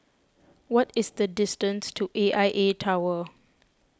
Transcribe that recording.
what is the distance to A I A Tower